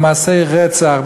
במעשי רצח,